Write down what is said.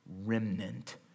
remnant